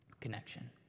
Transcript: connection